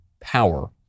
power